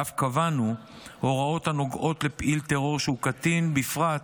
ואף קבענו הוראות הנוגעות לפעיל טרור שהוא קטין בפרט,